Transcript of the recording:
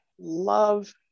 love